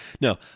no